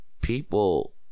People